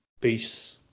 Peace